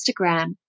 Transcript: Instagram